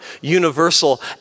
universal